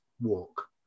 walk